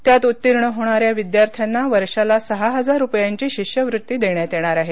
त्यात उत्तीर्ण होणाऱ्या विद्यार्थ्यांना वर्षाला सहा हजार रुपयांची शिष्यवृत्ती देण्यात येणार आहे